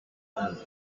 earth